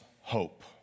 hope